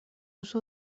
uso